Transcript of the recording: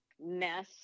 mess